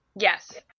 Yes